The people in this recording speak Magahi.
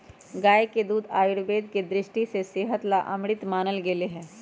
गाय के दूध आयुर्वेद के दृष्टि से सेहत ला अमृत मानल गैले है